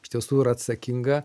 iš tiesų ir atsakinga